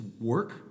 work